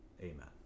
Amen